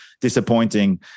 disappointing